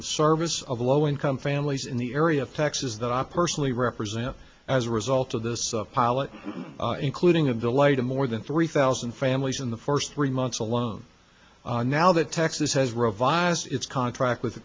of service of low income families in the area of taxes that i personally represent as a result of this pilot including a delight of more than three thousand families in the first three months alone now that texas has revised its contract with